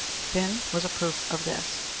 fin was a proof of this.